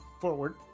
forward